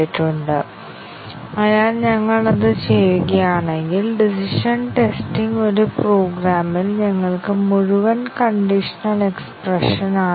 ആ ഇൻപുട്ട് മൂല്യങ്ങൾ എന്താണെന്ന് ഞങ്ങൾക്ക് അറിയില്ല കാരണം ഇൻപുട്ട് മൂല്യങ്ങൾ വളരെ വലുതാണ് ആവശ്യകതകളിൽ ചില സാഹചര്യങ്ങളോ മറ്റെന്തെങ്കിലുമോ എഴുതിയിട്ടില്ലെങ്കിൽ ഞങ്ങൾക്ക് ആ ഇൻപുട്ട് മൂല്യങ്ങൾ ശരിക്കും പരീക്ഷിക്കാൻ കഴിയില്ല അങ്ങനെയാണ് ട്രോജനുകൾ നടപ്പിലാക്കുന്നത്